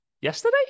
yesterday